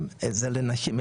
שזה לנשים,